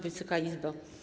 Wysoka Izbo!